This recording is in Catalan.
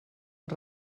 els